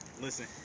listen